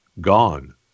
gone